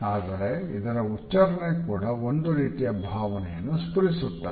ಆದರೆ ಇದರ ಉಚ್ಚಾರಣೆ ಕೂಡ ಒಂದು ರೀತಿಯ ಭಾವನೆಯನ್ನು ಸ್ಪುರಿಸುತ್ತದೆ